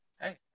Hey